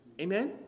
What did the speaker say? Amen